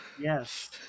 Yes